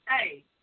hey